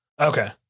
Okay